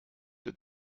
der